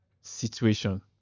situation